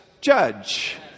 judge